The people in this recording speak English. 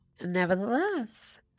nevertheless